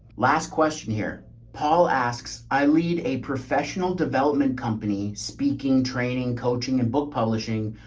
last question here, paul asks, i lead a professional development company speaking, training, coaching, and book publishing.